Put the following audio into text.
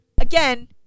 again